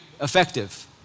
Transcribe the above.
effective